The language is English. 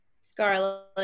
Scarlet